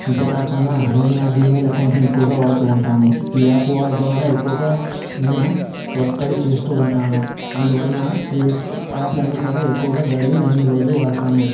అంతేకాకుండా నేను నా జీమెయిల్ అకౌంట్ని ఎక్కువగా వాడుతూ ఉంటాను ఈ యాప్ వల్ల ద్వారా ఎక్కువగా నేను వర్క్ అది చేస్తూ ఉంటాను అందువలన ఈ యాప్లన్నీ కూడా ఎక్కువగా డైలీ నేను రోజు వాడుతాను